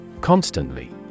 constantly